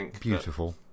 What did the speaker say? beautiful